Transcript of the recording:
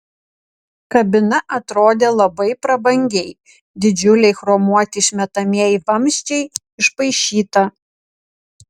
kabina atrodė labai prabangiai didžiuliai chromuoti išmetamieji vamzdžiai išpaišyta